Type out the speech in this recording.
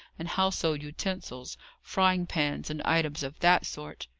and household utensils frying-pans, and items of that sort.